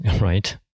right